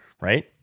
Right